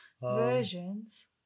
versions